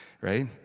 right